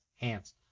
hands